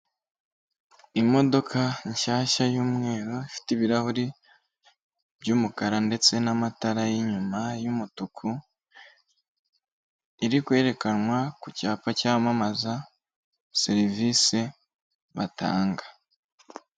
Imodoka nshyashya y'umweru, ifite ibirahuri by'umukara ndetse n'amatara y'inyuma y'umutuku, iri kwerekanwa ku cyapa cyamamaza serivisi batanga.